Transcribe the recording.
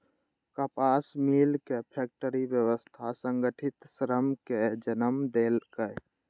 कपास मिलक फैक्टरी व्यवस्था संगठित श्रम कें जन्म देलक